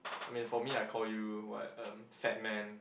I mean for me I call you what um fat man